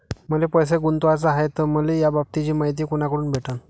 मले पैसा गुंतवाचा हाय तर मले याबाबतीची मायती कुनाकडून भेटन?